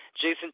Jason